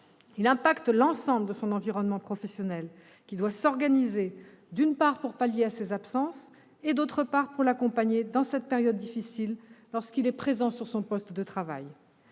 et affecte l'ensemble de son environnement professionnel, qui doit s'organiser d'une part pour pallier ses absences, d'autre part pour l'accompagner dans cette période difficile lorsqu'il est présent sur son poste de travail.